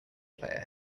player